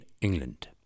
England